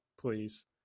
please